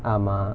ஆமா:aamaa